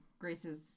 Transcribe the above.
Grace's